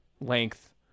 length